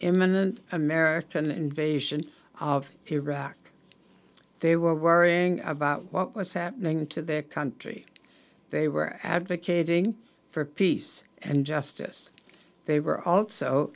imminent american invasion of iraq they were worrying about what was happening to their country they were advocating for peace and justice they were also